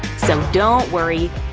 so don't worry,